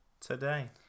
today